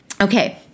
Okay